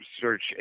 search